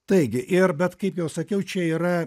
taigi ir bet kaip jau sakiau čia yra